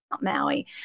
Maui